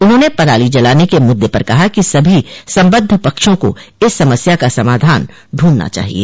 उन्होंने पराली जलाने के मुद्दे पर कहा कि सभी संबद्ध पक्षों को इस समस्या का समाधान ढूंढना चाहिए